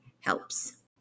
helps